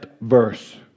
verse